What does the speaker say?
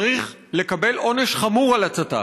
צריך לקבל עונש חמור על הצתה.